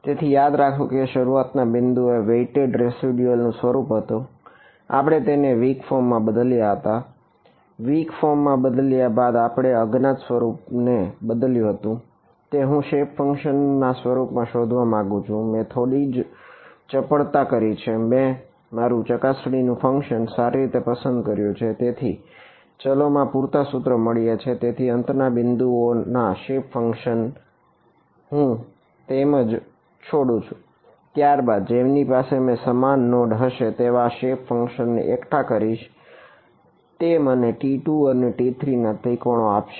તેથી યાદ રાખો કે શરૂઆતના બિંદુ એ વેઈટેડ રેસિડયુલ ને એકઠા કરીશ તે મને T2 અને T3 ત્રિકોણો આપશે